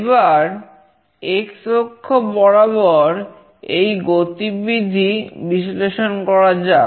এবার X অক্ষ বরাবর এই গতিবিধি বিশ্লেষণ করা যাক